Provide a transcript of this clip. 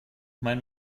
mein